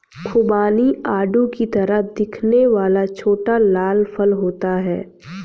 खुबानी आड़ू की तरह दिखने वाला छोटा लाल फल होता है